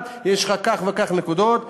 יש לך כך וכך נקודות,